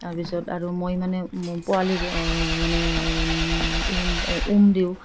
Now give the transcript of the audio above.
তাৰপিছত আৰু মই মানে পোৱালি মানে উম দিওঁ